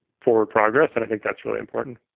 forward progress and i think that's really important